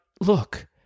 look